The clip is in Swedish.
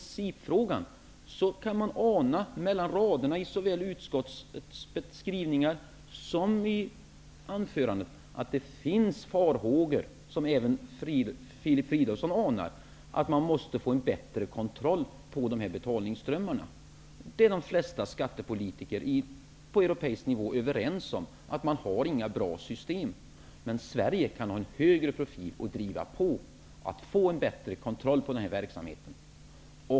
I principfrågan kan man ana mellan raderna, i såväl utskottets skrivningar som i anförandet, att det finns farhågor som även Filip Fridolfsson anar om att man måste få en bättre kontroll av dessa betalningsströmmar. De flesta skattepolitiker på europeisk nivå är överens om att man inte har några bra system. Men Sverige kan ha en högre profil och driva på för att få en bättre kontroll på den här verksamheten.